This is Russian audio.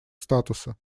статуса